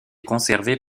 conservées